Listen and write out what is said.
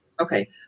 okay